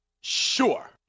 Sure